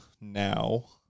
now